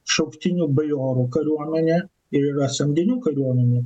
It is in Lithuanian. šauktinių bajorų kariuomenė ir yra samdinių kariuomenė